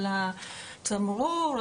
על התמרור,